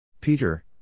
Peter